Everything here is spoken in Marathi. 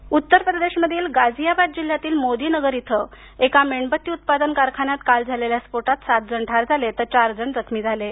रूफोट उत्तरप्रदेशमधील गाजीयाबाद जिल्ह्यातील मोदीनगर येथील एक मेणबत्ती उत्पादन कारखान्यात काल झालेल्या स्फोटात सात जण ठार झाले तर चार जण जखमी झाले आहेत